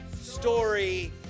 Story